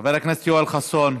חבר הכנסת יואל חסון,